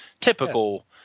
typical